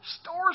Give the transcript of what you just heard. Stores